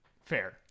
Fair